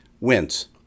wins